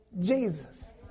Jesus